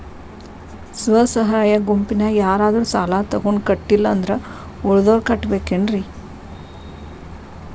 ಸ್ವ ಸಹಾಯ ಗುಂಪಿನ್ಯಾಗ ಯಾರಾದ್ರೂ ಸಾಲ ತಗೊಂಡು ಕಟ್ಟಿಲ್ಲ ಅಂದ್ರ ಉಳದೋರ್ ಕಟ್ಟಬೇಕೇನ್ರಿ?